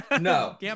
No